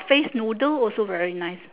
face noodle also very nice